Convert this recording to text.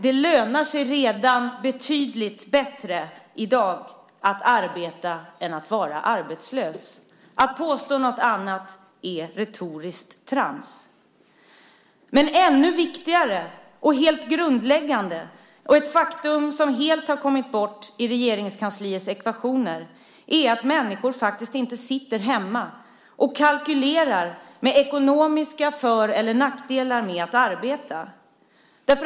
Det lönar sig redan i dag betydligt bättre att arbeta än att vara arbetslös. Att påstå något annat är retoriskt trams. Ännu viktigare och helt grundläggande och ett faktum som helt har kommit bort i Regeringskansliets ekvationer är att människor faktiskt inte sitter hemma och kalkylerar med ekonomiska för och nackdelar med att arbeta.